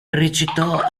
recitò